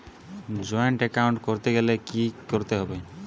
Joint account করতে গেলে কি করতে হবে?